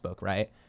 right